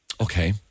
Okay